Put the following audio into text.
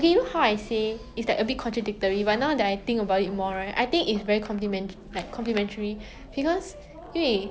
ya ya ya